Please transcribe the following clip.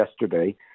yesterday